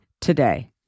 today